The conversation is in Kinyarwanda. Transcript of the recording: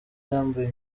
yambaye